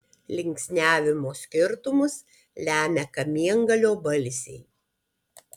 linksniavimo skirtumus lemia kamiengalio balsiai